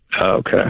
Okay